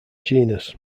genus